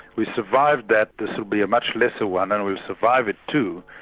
we survived that this will be a much lesser one, and we'll survive it too,